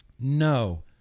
No